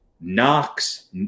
Knox